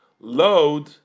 load